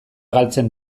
galtzen